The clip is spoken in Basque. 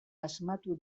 asmatu